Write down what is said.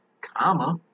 comma